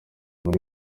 muri